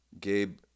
Gabe